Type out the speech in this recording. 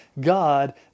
God